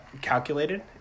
calculated